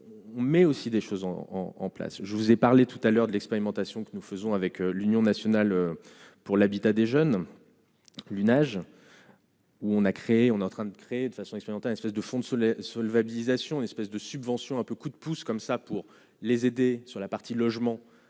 mais aussi des choses en en place, je vous ai parlé tout à l'heure de l'expérimentation que nous faisons avec l'Union nationale pour l'habitat, des jeunes, l'usage. Où on a créé, on est en train de créer de façon explicite, un espèce de fond de ce la solvabilisation une espèce de subvention un peu coup de pouce comme ça pour les aider sur la partie logements